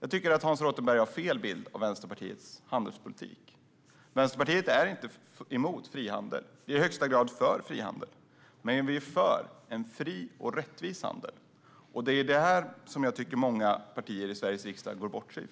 Jag tycker att Hans Rothenberg har fel bild av Vänsterpartiets handelspolitik. Vänsterpartiet är inte emot frihandel, utan vi är i högsta grad för frihandel. Men vi är för en fri och rättvis handel, och det är på detta område som jag tycker att många partier i Sveriges riksdag går bort sig.